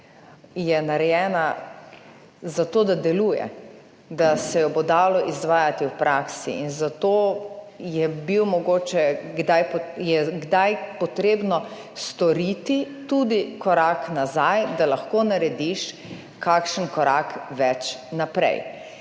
je narejena za to da deluje, da se jo bo dalo izvajati v praksi in zato je bil mogoče je kdaj potrebno storiti tudi korak nazaj, da lahko narediš kakšen korak več naprej